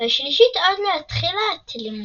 והשלישית עוד לא התחילה את לימודיה.